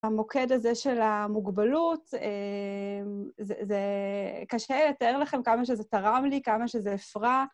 המוקד הזה של המוגבלות, זה קשה לתאר לכם כמה שזה תרם לי, כמה שזה הפרה.